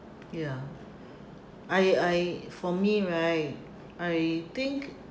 ya I I for me right I think